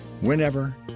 whenever